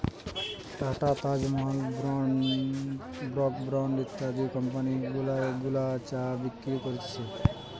tata, Taj Mahal, Brooke Bond ইত্যাদি company গুলা চা বিক্রি করতিছে